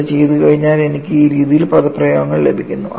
അത് ചെയ്തുകഴിഞ്ഞാൽ എനിക്ക് ഈ രീതിയിൽ പദപ്രയോഗങ്ങൾ ലഭിക്കുന്നു